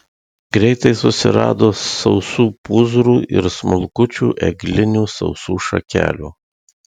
greitai susirado sausų pūzrų ir smulkučių eglinių sausų šakelių